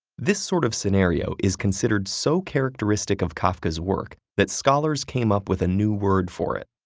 this sort of scenario is considered so characteristic of kafka's work that scholars came up with a new word for it.